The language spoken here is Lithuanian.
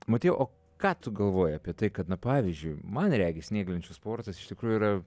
motiejau o ką tu galvoji apie tai kad na pavyzdžiui man regis snieglenčių sportas iš tikrųjų yra